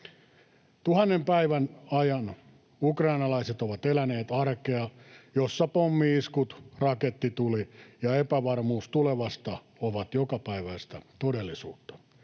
Tuhannen päivän ajan ukrainalaiset ovat eläneet arkea, jossa pommi-iskut, rakettituli ja epävarmuus tulevasta ovat jokapäiväistä todellisuutta.